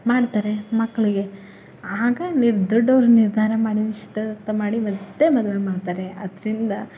ಮಾಡ್ತಾರೆ ಮಕ್ಳಿಗೆ ಆಗ ನಿರ್ ದೊಡ್ಡವರು ನಿರ್ಧಾರ ಮಾಡಿ ನಿಶ್ಚಿತಾರ್ಥ ಮಾಡಿ ಮತ್ತೆ ಮದುವೆ ಮಾಡ್ತಾರೆ ಅದರಿಂದ